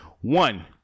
One